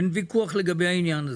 אין ויכוח לגבי העניין הזה.